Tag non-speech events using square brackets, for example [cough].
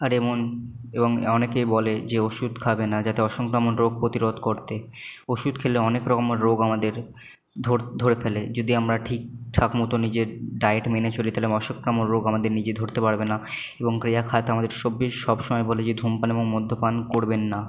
আর এমন এবং অনেকেই বলে যে ওষুধ খাবে না যাতে [unintelligible] রোগ প্রতিরোধ করতে ওষুধ খেলে অনেক রকমের রোগ আমাদের ধরে ফেলে যদি আমরা ঠিকঠাক মতো নিজের ডায়েট মেনে চলি তাহলে [unintelligible] রোগ আমাদের নিজে ধরতে পারবে না এবং ক্রিয়া খাত আমাদের [unintelligible] সবসময় বলে যে ধূমপান এবং মদ্যপান করবেন না